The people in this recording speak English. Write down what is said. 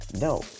No